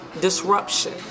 disruption